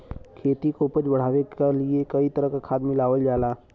खेती क उपज बढ़ावे क लिए कई तरह क खाद मिलावल जाला